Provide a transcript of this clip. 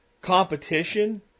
competition